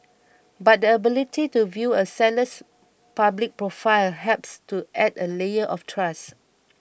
but the ability to view a seller's public profile helps to add a layer of trust